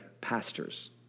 pastors